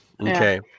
Okay